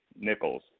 nickels